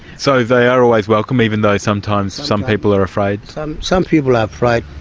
so they are always welcome even though sometimes some people are afraid? some some people are afraid.